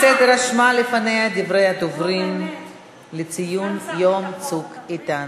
הכנסת רשמה בפניה את דברי הדוברים לציון יום "צוק איתן".